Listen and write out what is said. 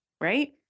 right